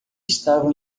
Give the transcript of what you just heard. estavam